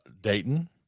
Dayton